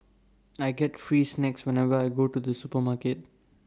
I get free snacks whenever I go to the supermarket